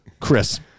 Chris